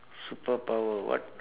superpower what